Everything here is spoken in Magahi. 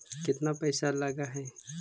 केतना पैसा लगय है?